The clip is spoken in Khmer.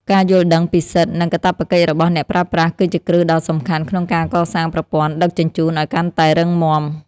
ការយល់ដឹងពីសិទ្ធិ និងកាតព្វកិច្ចរបស់អ្នកប្រើប្រាស់ គឺជាគ្រឹះដ៏សំខាន់ក្នុងការកសាងប្រព័ន្ធដឹកជញ្ជូនឱ្យកាន់តែរឹងមាំ។